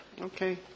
Okay